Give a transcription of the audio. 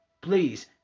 please